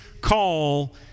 call